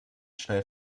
schnell